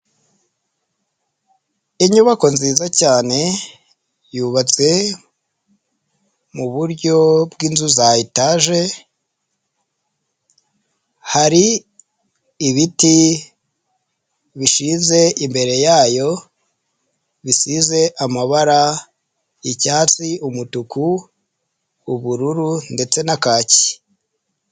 Inyubako nziza cyane yubatse mu buryo bw'inzu za etaje, hari ibiti bishyize imbere yayo bisize amabara icyatsi, umutuku, ubururu ndetse na kaki.